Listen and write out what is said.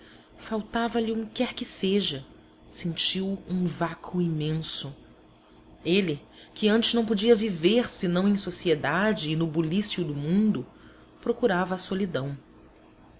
repugnância faltava-lhe um quer que seja sentiu um vácuo imenso ele que antes não podia viver senão em sociedade e no bulício do mundo procurava a solidão